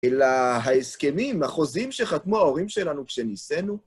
אלא ההסכמים, החוזים שחתמו ההורים שלנו כשנישאנו.